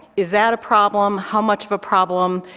is that a problem, how much of a problem,